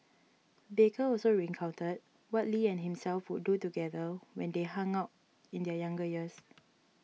baker also recounted what Lee and himself would do together when they hung out in their younger years